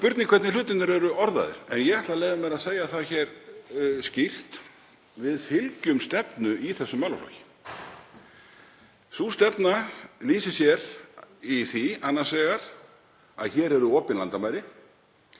spurning hvernig hlutirnir eru orðaðir en ég ætla að leyfa mér að segja það hér skýrt: Við fylgjum stefnu í þessum málaflokki. Sú stefna lýsir sér í því að hér eru opin landamæri